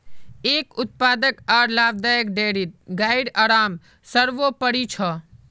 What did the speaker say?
एक उत्पादक आर लाभदायक डेयरीत गाइर आराम सर्वोपरि छ